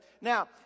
Now